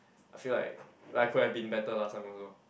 I feel like like I could have been better last time also